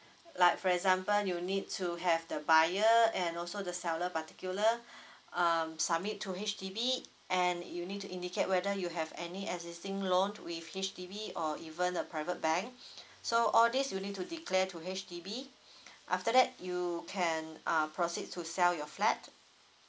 like for example you need to have the buyer and also the seller particular um submit to H_D_B and you need to indicate whether you have any existing loan with H_D_B or even the private bank so all these you need to declare to H_D_B after that you can um proceed to sell your flat